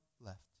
left